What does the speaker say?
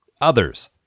others